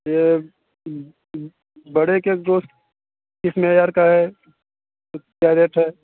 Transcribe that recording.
یہ بڑے کے گوشت کس معیار کا ہے کیا ریٹ ہے